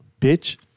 bitch